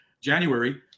January